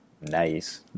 nice